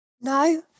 No